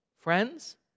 Friends